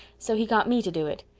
so he got me to do it.